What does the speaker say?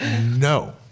no